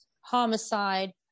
homicide